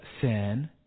sin